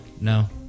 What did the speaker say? No